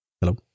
hello